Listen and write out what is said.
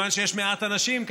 וכמה מעט אנשים יש במילואים,